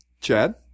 Chad